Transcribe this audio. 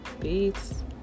peace